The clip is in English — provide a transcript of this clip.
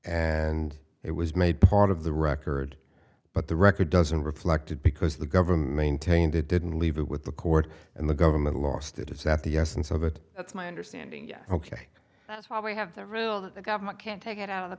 and it was made part of the record but the record doesn't reflect it because the government maintained it didn't leave it with the court and the government lost it is that the essence of it that's my understanding ok that's why we have the rule that the government can't take it out of the